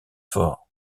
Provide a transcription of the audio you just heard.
fort